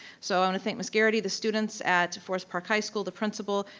so i want to thank ms. garrety, the students at forest park high school, the principal,